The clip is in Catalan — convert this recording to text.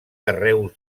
carreus